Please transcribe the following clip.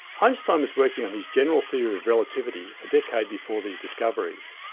einstein was working on his general theory of relativity a decade before these discoveries.